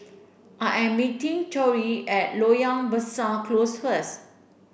I am meeting Torrey at Loyang Besar Close first